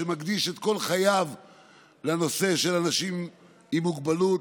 שמקדיש את כל חייו לאנשים עם מוגבלות.